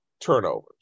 turnovers